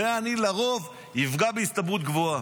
ולרוב אני אפגע בהסתברות גבוהה.